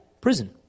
Prison